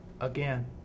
again